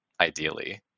ideally